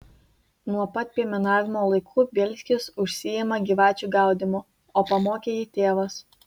nuo pat piemenavimo laikų bielskis užsiima gyvačių gaudymu o pamokė jį tėvas